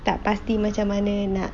tak pasti macam mana nak